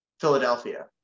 Philadelphia